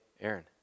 Aaron